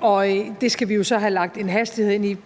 og det skal vi jo så have lagt en hastighed ind i,